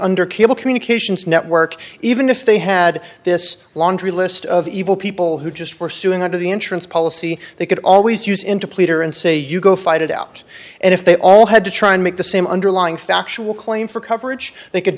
under cable communications network even if they had this laundry list of evil people who just for suing under the insurance policy they could always use into pleader and say you go fight it out and if they all had to try and make the same underlying factual claim for coverage they could